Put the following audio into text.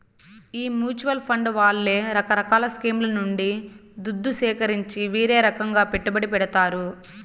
ఈ mutual fund వాళ్లే రకరకాల స్కీంల నుండి దుద్దు సీకరించి వీరే రకంగా పెట్టుబడి పెడతారు